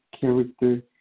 character